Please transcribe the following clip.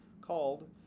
called